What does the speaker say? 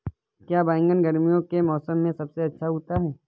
क्या बैगन गर्मियों के मौसम में सबसे अच्छा उगता है?